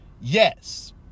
Yes